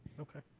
ok.